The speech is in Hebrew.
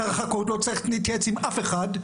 שר החקלאות לא צריך להתייעץ עם אף אחד.